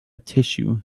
tissue